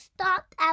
stop